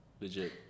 legit